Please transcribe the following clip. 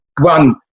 one